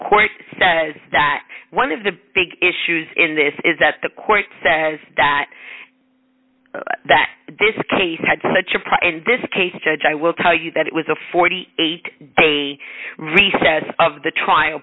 court says that one of the big issues in this is that the court says that that this case had such a play in this case judge i will tell you that it was a forty eight day recess of the trial